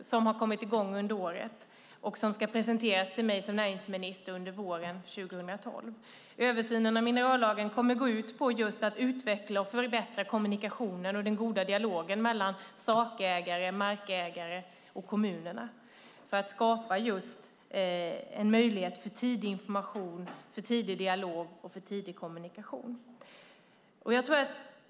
som har kommit i gång under året och som ska presenteras för mig som näringsminister under våren 2012. Översynen av minerallagen kommer att gå ut på att just utveckla och förbättra kommunikationen och den goda dialogen mellan sakägare, markägare och kommuner för att skapa en möjlighet för tidig information, tidig dialog och tidig kommunikation.